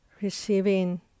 Receiving